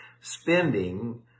spending